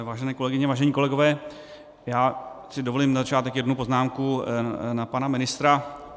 Vážené kolegyně, vážení kolegové, já si dovolím na začátek jednu poznámku na pana ministra.